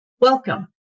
Welcome